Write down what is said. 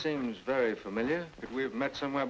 seems very familiar we've met some